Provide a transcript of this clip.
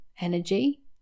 energy